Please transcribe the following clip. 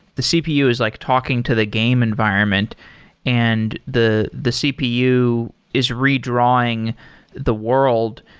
the cpu is like talking to the game environment and the the cpu is redrawing the world,